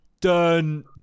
Done